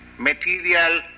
material